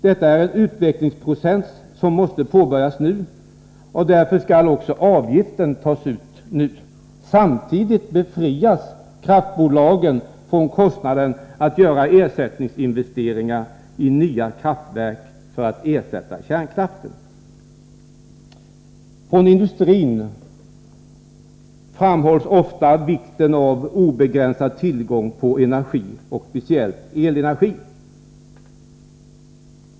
Detta är en utvecklingsprocess som måste påbörjas nu, och därför skall också avgiften uttas nu. Samtidigt befrias kraftbolagen från kostnaden för att göra ersättningsinvesteringar i nya kraftverk för att ersätta kärnkraften. Från industrin framhålls ofta vikten av obegränsad tillgång på energi, speciellt elenergi.